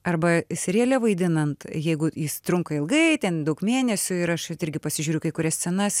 arba seriale vaidinant jeigu jis trunka ilgai ten daug mėnesių ir aš pasižiūriu kai kurias scenas